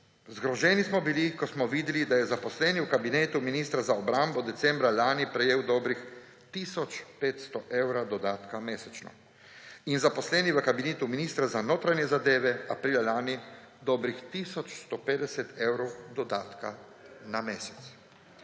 Zgroženi smo bili, ko smo videli, da je zaposlen v kabinetu ministra za obrambo decembra lani prijel dobrih tisoč 500 evra dodatka mesečno in zaposleni v kabinetu ministra za notranje zadeve aprila lani dobrih tisoč 150 evrov dodatka na mesec.